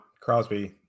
Crosby